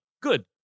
good